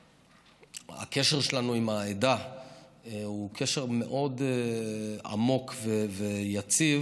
שהקשר שלנו עם העדה הוא קשר מאוד עמוק ויציב.